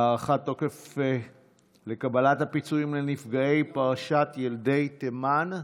הארכת תוקף לקבלת הפיצויים לנפגעי פרשת ילדי תימן.